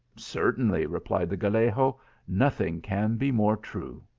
certainly! replied the gallego nothing can be more true.